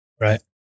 Right